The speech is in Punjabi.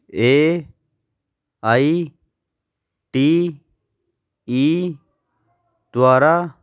ਏ ਆਈ ਟੀ ਈ ਦੁਆਰਾ